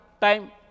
time